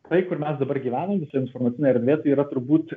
tai kur mes dabar gyvenam visa informacinė erdvė tai yra turbūt